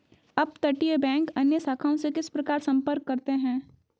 अपतटीय बैंक अन्य शाखाओं से किस प्रकार संपर्क करते हैं?